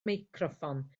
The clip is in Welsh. meicroffon